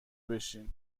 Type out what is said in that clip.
بشین